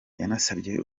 yanasabye